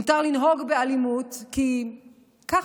מותר לנהוג באלימות כי ככה,